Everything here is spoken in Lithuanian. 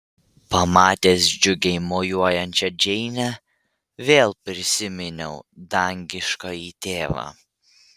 pamatęs džiugiai mojuojančią džeinę vėl prisiminiau dangiškąjį tėvą